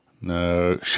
No